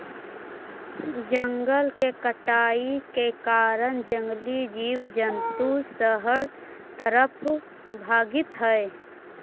जंगल के कटाई के कारण जंगली जीव जंतु शहर तरफ भागित हइ